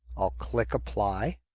i'll click apply.